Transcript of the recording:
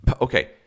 okay